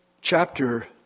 chapter